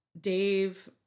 Dave